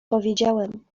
powiedziałem